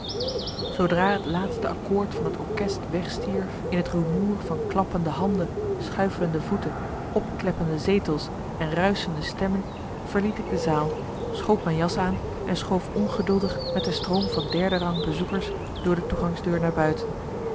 zoodra het laatste akkoord van het orkest wegstierf in het rumoer van klappende handen schuifelende voeten opkleppende zetels en ruischende stemmen verliet ik de zaal schoot mijn jas aan en schoof ongeduldig met de stroom van derde rang bezoekers door de toegangsdeur naar buiten